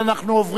להצבעה.